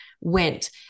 went